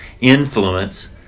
influence